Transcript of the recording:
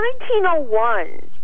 1901